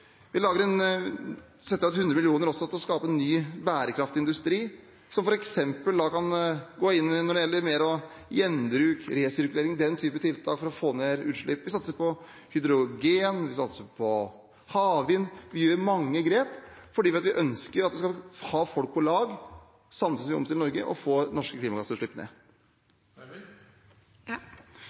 Vi setter også av 100 mill. kr til å skape ny bærekraftig industri, som f.eks. kan gå inn med tiltak for mer gjenbruk, resirkulering og slikt, for å få ned utslippene. Vi satser på hydrogen, og vi satser på havvind. Vi tar mange grep, for vi ønsker å ha folk med på laget samtidig som vi omstiller Norge og får norske klimagassutslipp ned.